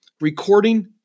recording